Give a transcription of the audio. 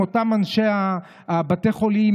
עם אותם אנשי בתי החולים,